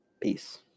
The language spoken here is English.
Peace